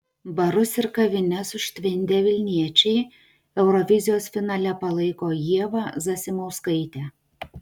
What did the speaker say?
barus ir kavines užtvindę vilniečiai eurovizijos finale palaiko ievą zasimauskaitę